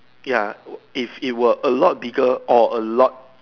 ya if if it were a lot bigger or a lot